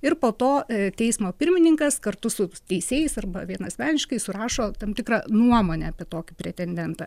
ir po to teismo pirmininkas kartu su teisėjais arba vienasmeniškai surašo tam tikrą nuomonę apie tokį pretendentą